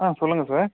ஆ சொல்லுங்கள் சார்